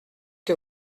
que